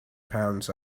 pounds